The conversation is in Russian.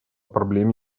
проблеме